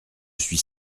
suis